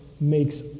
makes